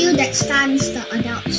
that stuns the adults.